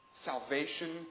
Salvation